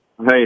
Hey